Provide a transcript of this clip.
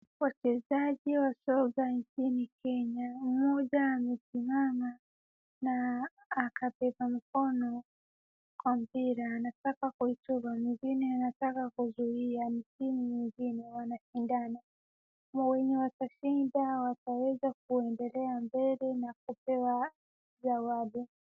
Wachezaji wa soka nchini Kenya, mmoja amesimama na akabeba mkono kwa mpira. Anataka kuichunga, mwingine anataka kuzuia. Timu nyingine wanashindana. Na wenye watashinda wataweza kuendelea mbele na kupewa zawadi.